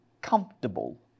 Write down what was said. comfortable